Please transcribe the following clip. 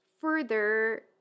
further